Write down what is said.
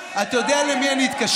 אתה לא תהיה, אתה יודע למי אני אתקשר?